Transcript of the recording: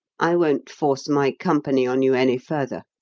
i won't force my company on you any further.